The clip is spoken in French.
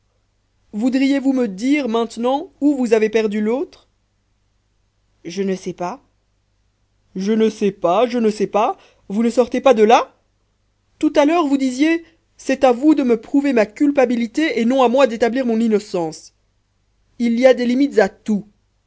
voudriez-vous me dire maintenant où vous avez perdu l'autre je ne sais pas je ne sais pas je ne sais pas vous ne sortez pas de là tout à l'heure vous disiez c'est à vous de me prouver ma culpabilité et non à moi d'établir mon innocence il y a des limites à tout